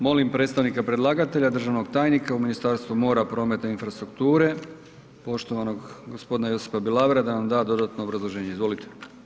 Molim predstavnika predlagatelja, državnog tajnika u Ministarstvu mora, prometa i infrastrukture, poštovanog g. Josipa Bilavera da nam da dodatno obrazloženje, izvolite.